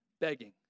begging